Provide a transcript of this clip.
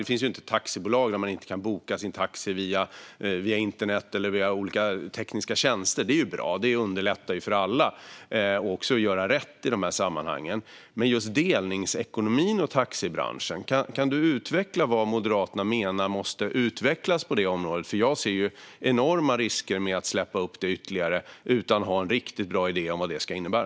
Det finns ju inte ett taxibolag där man inte kan boka sin taxi via internet eller olika tekniska tjänster. Det är bra; det underlättar för alla att göra rätt i dessa sammanhang. Men kan du förklara vad Moderaterna menar måste utvecklas just när det gäller delningsekonomin och taxibranschen? Jag ser enorma risker med att släppa ytterligare på detta utan att ha en riktigt bra idé om vad det ska innebära.